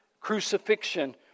crucifixion